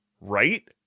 right